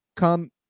Come